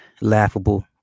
laughable